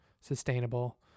sustainable